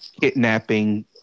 kidnapping